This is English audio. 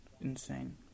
insane